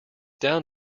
down